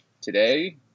today